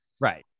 right